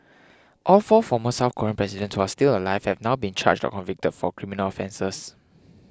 all four former South Korean president who are still alive have now been charged or convicted for criminal offences